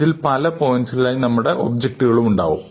ഇതിൽ പല പോയിന്റ്കളിലായി ആയി നമ്മുടെ ഒബ്ജക്റ്റുകളും ഉണ്ടാവും